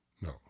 No